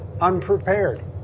unprepared